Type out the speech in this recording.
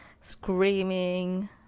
screaming